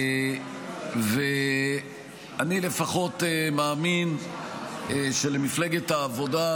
אני לפחות מאמין שלמפלגת העבודה,